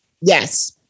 Yes